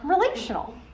relational